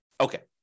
Okay